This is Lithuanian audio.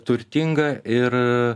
turtinga ir